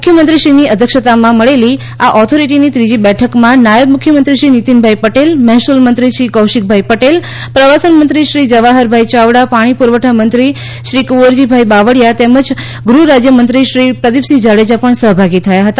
મુખ્યમંત્રીશ્રીની અધ્યક્ષતામાં મળેલી આ ઓથોરિટીની ત્રીજી બેઠકમાં નાયબ મુખ્યમંત્રી શ્રી નીતિનભાઇ પટેલ મહેસૂલ મંત્રી શ્રી કૌશિકભાઇ પટેલ પ્રવાસન મંત્રી શ્રી જવાહરભાઇ ચાવડા પાણી પૂરવઠા મંત્રી શ્રી કુંવરજીભાઇ બાવળીયા તેમજ ગૃહ રાજ્ય મંત્રી શ્રી પ્રદિ પસિંહ જાડેજા પણ સહભાગી થયા હતા